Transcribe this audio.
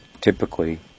typically